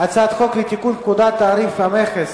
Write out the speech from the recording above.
הצעת חוק לתיקון פקודת תעריף המכס